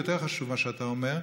יותר חשוב מה שאתה אומר,